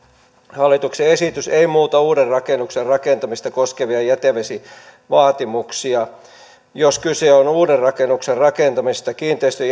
hallituksen esitys ei muuta uuden rakennuksen rakentamista koskevia jätevesivaatimuksia jos kyse on uuden rakennuksen rakentamisesta kiinteistön